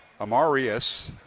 Amarius